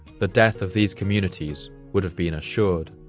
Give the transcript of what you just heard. the death of these communities would have been assured.